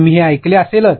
तुम्ही हे ऐकलं असेलच